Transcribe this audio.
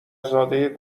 زاده